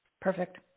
Perfect